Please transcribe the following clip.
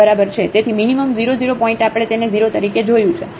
તેથી minimum 0 0 point આપણે તેને 0 તરીકે જોયું છે